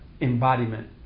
embodiment